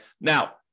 Now